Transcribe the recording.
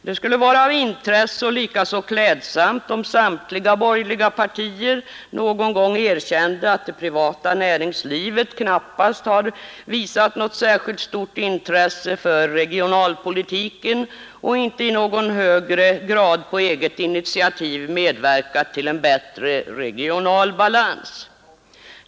Det skulle vara av intresse — och likaså klädsamt — om samtliga borgerliga partier någon gång ville erkänna att det privata näringslivet knappast har visat särskilt stort intresse för regionalpolitiken och inte heller i någon högre grad på eget initiativ har medverkat till en bättre regional balans.